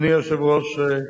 אדוני היושב-ראש,